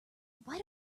why